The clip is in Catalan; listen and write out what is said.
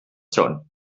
són